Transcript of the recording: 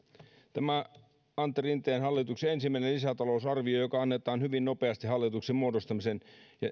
tämä antti rinteen hallituksen ensimmäisen lisätalousarvio joka annetaan hyvin nopeasti hallituksen muodostamisen